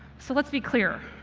so let's be clear.